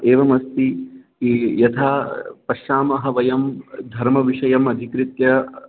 एवमस्ति किं यथा पश्यामः वयं धर्मविषयमधिकृत्य